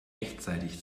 rechtzeitig